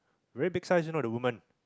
very big sized you know the woman